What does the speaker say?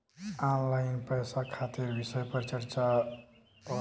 Online पैसा खातिर विषय पर चर्चा वा?